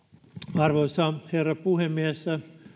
arvoisa herra puhemies